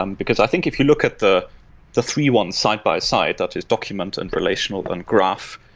um because i think if you look at the the three one side by side that is document and relational and graph,